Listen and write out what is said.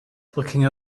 looking